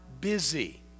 busy